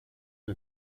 are